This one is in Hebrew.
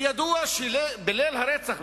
וידוע שבליל הרצח,